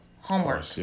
homework